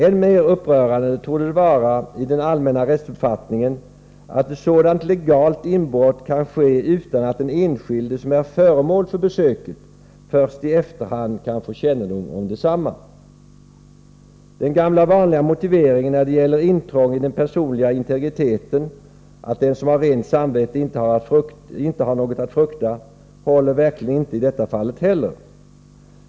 Än mer upprörande torde det vara i den allmänna rättsuppfattningen att ett sådant legalt inbrott kan ske och att den enskilde som är föremål för besöket först i efterhand kan få kännedom om detsamma. Den gamla vanliga motiveringen när det gäller intrång i den personliga integriteten, att den som har rent samvete inte har någonting att frukta, håller verkligen inte heller i detta fall.